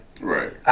Right